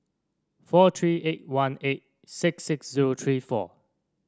four three eight one eight six six zero three four